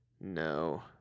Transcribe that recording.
No